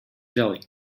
jelly